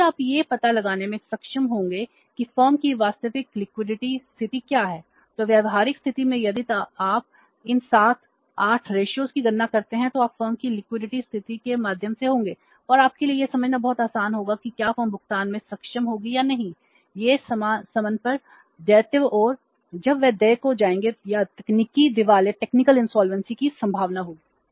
और फिर आप यह पता लगाने में सक्षम होंगे कि फर्म की वास्तविक लिक्विडिटी की संभावना होगी